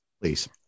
please